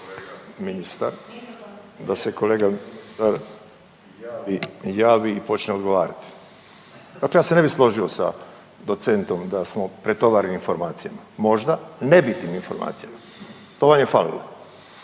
da se kolega javi i počne odgovarati. Dakle ja se ne bi složio sa docentom da smo pretovareni informacijama, možda nebitnim informacijama to vam je falilo.